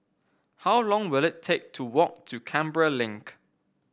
how long will it take to walk to Canberra Link